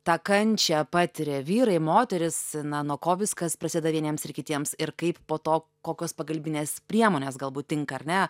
tą kančią patiria vyrai moterys na nuo ko viskas prasideda vieniems ir kitiems ir kaip po to kokios pagalbinės priemonės galbūt tinka ar ne